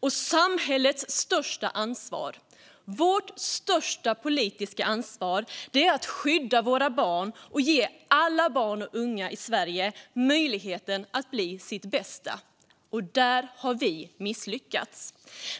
och samhällets största ansvar och vårt största politiska ansvar är att skydda barnen och ge alla barn och unga i Sverige möjligheten att bli sitt bästa jag. Här har vi misslyckats.